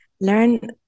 Learn